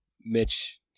Mitch